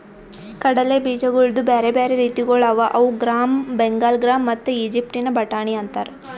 ಕಡಲೆ ಬೀಜಗೊಳ್ದು ಬ್ಯಾರೆ ಬ್ಯಾರೆ ರೀತಿಗೊಳ್ ಅವಾ ಅವು ಗ್ರಾಮ್, ಬೆಂಗಾಲ್ ಗ್ರಾಮ್ ಮತ್ತ ಈಜಿಪ್ಟಿನ ಬಟಾಣಿ ಅಂತಾರ್